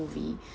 movie